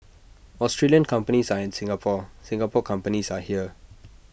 Australian companies are in Singapore Singapore companies are here